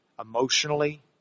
emotionally